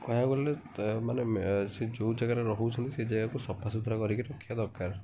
କହିବାକୁ ଗଲେ ତ ମାନେ ସେ ଯେଉଁ ଜାଗାରେ ରହୁଛନ୍ତି ସେ ଜାଗାକୁ ସଫା ସୁତୁରା କରିକି ରଖିବା ଦରକାର